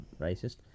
racist